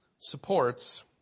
supports